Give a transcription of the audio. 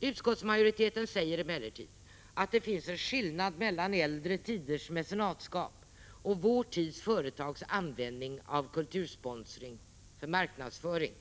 Utskottsmajoriteten säger emellertid att det finns en skillnad mellan äldre tiders mecenatskap och vår tids företags användning av kultursponsring för marknadsföring.